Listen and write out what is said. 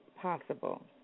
possible